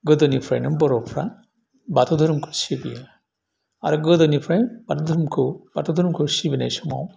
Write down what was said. गोदोनिफ्रायनो बर'फ्रा बाथौ धोरोमखौ सिबियो आरो गोदोनिफ्राय बाथौ धोरोमखौ बाथौ धोरोमखौ सिबिनाय समाव